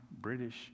British